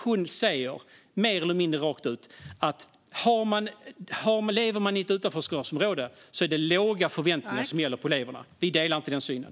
Hon säger mer eller mindre rakt ut att det är låga förväntningar som gäller på eleverna i utanförskapsområden. Vi delar inte den synen.